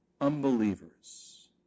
unbelievers